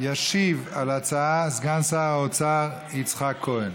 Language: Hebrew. ישיב על ההצעה סגן שר האוצר יצחק כהן.